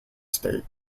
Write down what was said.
stake